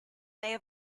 they